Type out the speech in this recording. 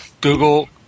Google